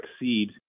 exceed